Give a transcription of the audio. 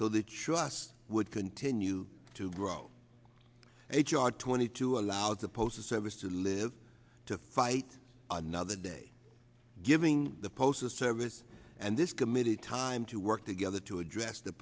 last would continue to grow h r twenty two allows the postal service to live to fight another day giving the postal service and this committee time to work together to address the